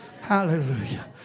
Hallelujah